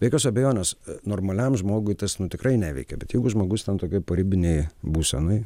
be jokios abejonės normaliam žmogui tas tikrai neveikia bet jeigu žmogus ten tokioj paribinėj būsenoj